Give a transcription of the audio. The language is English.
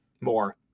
more